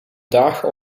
dagen